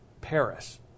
Paris